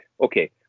Okay